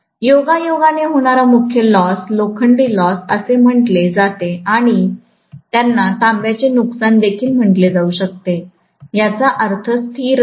योगायोगाने होणारा मुख्य लॉस लोखंडीलॉस असे म्हटले जाते आणि त्यांना तांब्याचे नुकसान देखील म्हटले जाऊ शकते याचा अर्थ स्थिर लॉस